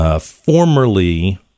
Formerly